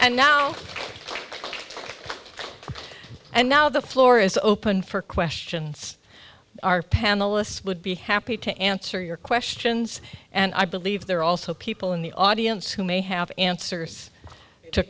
and now and now the floor is open for questions our panelists would be happy to answer your questions and i believe there are also people in the audience who may have answers to